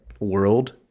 world